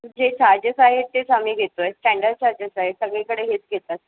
जे चार्जेस आहेत तेच आम्ही घेतो आहे स्टँडर्ड चार्जेस आहेत सगळीकडे हेच घेतात